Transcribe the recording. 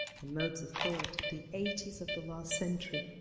and modes of thought of the eighties of the last century.